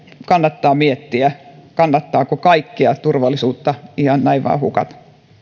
kannattaa miettiä kannattaako kaikkea turvallisuutta ihan näin vain hukata